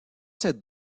cette